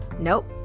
Nope